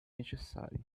necessari